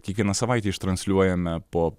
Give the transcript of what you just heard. kiekvieną savaitę transliuojame po